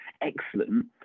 excellent